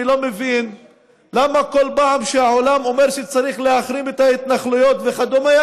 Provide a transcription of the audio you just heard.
אני לא מבין למה כל פעם שהעולם אומר שצריך להחרים את ההתנחלויות וכדומה,